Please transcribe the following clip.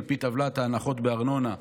על פי טבלת ההנחות בארנונה,